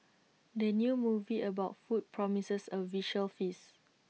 the new movie about food promises A visual feast